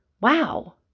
wow